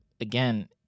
again